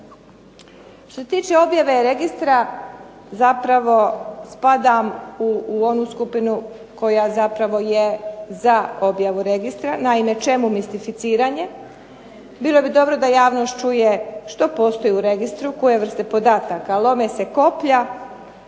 Što se tiče objave registra, zapravo spadam u onu skupinu koja je za objavu registra. Naime, čemu mistificiranje. Bilo bi dobro da javnost čuje što postoji u registru, koje vrste podataka. Lome se koplja.